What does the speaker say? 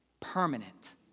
permanent